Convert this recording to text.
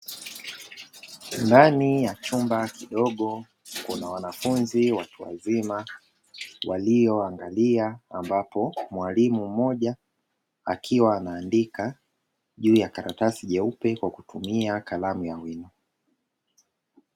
Ndani ya chumba kidogo. Kuna wanafunzi watu wazima walioangalia, ambapo mwalimu mmoja akiwa anaandika juu ya karatasi nyeupe kwa kutumia kalamu ya wino.